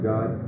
God